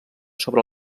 sobre